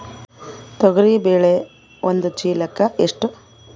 ತೊಗರಿ ಬೇಳೆ ಒಂದು ಚೀಲಕ ಎಷ್ಟು?